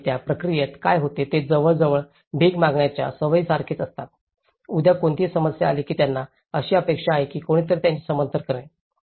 आणि त्या प्रक्रियेत काय होते ते जवळजवळ भिक मागण्याच्या सवयीसारखेच असतात उद्या कोणतीही समस्या आली की त्यांना अशी अपेक्षा आहे की कोणीतरी त्यांचे समर्थन करेल